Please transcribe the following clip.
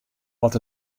wat